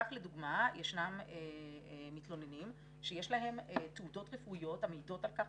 כך לדוגמה יש מתלוננים שיש להם תעודות רפואיות המעידות על כך,